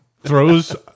Throws